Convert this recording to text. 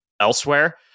elsewhere